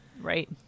Right